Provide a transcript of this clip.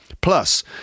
Plus